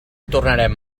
tornarem